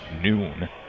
noon